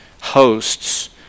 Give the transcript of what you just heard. hosts